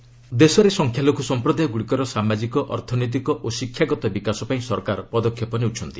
ମାନରଟି empowerment ଦେଶରେ ସଂଖ୍ୟାଲଘୁ ସମ୍ପ୍ରଦାୟଗୁଡ଼ିକର ସାମାଜିକ ଅର୍ଥନୈତିକ ଓ ଶିକ୍ଷାଗତ ବିକାଶ ପାଇଁ ସରକାର ପଦକ୍ଷେପ ନେଉଛନ୍ତି